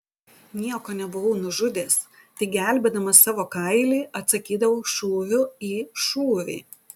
nieko nebuvau nužudęs tik gelbėdamas savo kailį atsakydavau šūviu į šūvį